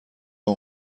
اون